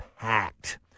packed